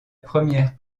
première